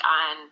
on